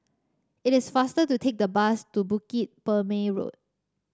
it is faster to take the bus to Bukit Purmei Road